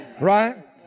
Right